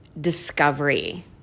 discovery